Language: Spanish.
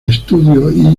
estudio